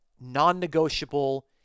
non-negotiable